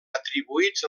atribuïts